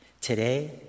Today